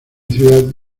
ciudad